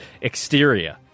Exterior